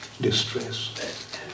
distress